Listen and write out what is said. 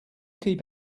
keep